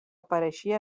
pareixia